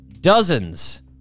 dozens